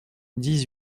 dix